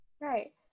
Right